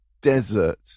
desert